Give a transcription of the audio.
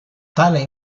tale